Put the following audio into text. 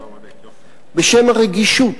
בשם הרגישות.